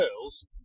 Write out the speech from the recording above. girls